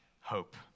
hope